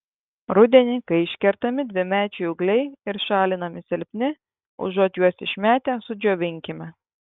rudenį kai iškertami dvimečiai ūgliai ir šalinami silpni užuot juos išmetę sudžiovinkime